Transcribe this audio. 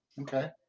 Okay